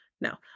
no